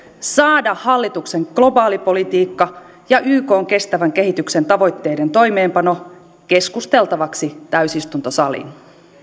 saada hallituksen globaalipolitiikka ja ykn kestävän kehityksen tavoitteiden toimeenpano keskusteltavaksi täysistuntosaliin